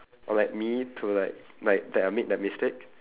on like me to like like that I made that mistake